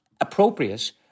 appropriate